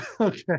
okay